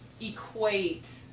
equate